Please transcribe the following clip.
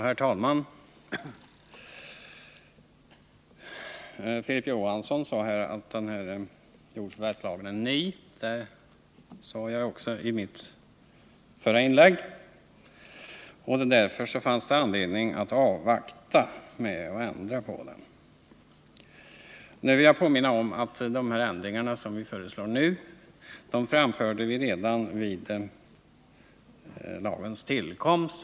Herr talman! Filip Johansson sade att jordförvärvslagen är ny — det sade Onsdagen den jag också i mitt förra inlägg — och att det därför fanns anledning att vänta med 23 april 1980 att göra ändringar i den. Jag vill påminna om att de ändringar som vi nu föreslår krävde vi redan vid lagens tillkomst.